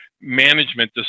management